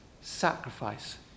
sacrifice